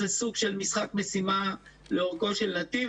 זה סוג של משחק משימה לאורכו של נתיב